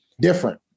Different